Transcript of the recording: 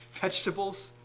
Vegetables